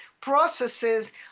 processes